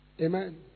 Amen